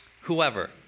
Whoever